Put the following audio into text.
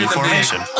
formation